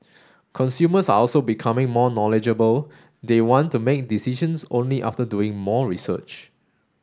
consumers are also becoming more knowledgeable they want to make decisions only after doing more research